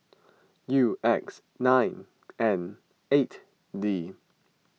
U X nine N eight D